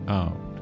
out